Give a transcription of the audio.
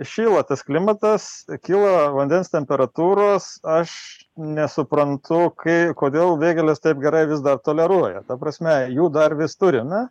šyla tas klimatas kyla vandens temperatūros aš nesuprantu kai kodėl vėgėlės taip gerai vis dar toleruoja ta prasme jų dar vis turime